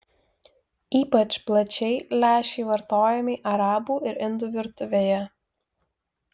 ypač plačiai lęšiai vartojami arabų ir indų virtuvėje